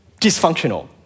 dysfunctional